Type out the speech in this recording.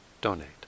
donate